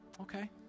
Okay